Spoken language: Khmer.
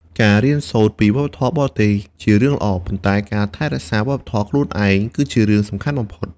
ការរៀនសូត្រពីវប្បធម៌បរទេសជារឿងល្អ ប៉ុន្តែការថែរក្សាវប្បធម៌ខ្លួនឯងគឺជារឿងសំខាន់បំផុត។